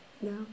No